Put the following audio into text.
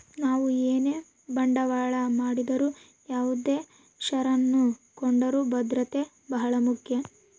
ನಾವು ಏನೇ ಬಂಡವಾಳ ಮಾಡಿದರು ಯಾವುದೇ ಷೇರನ್ನು ಕೊಂಡರೂ ಭದ್ರತೆ ಬಹಳ ಮುಖ್ಯ